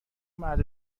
مرد